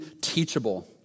teachable